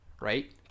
right